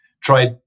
tried